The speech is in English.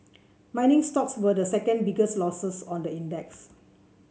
mining stocks were the second biggest losers on the index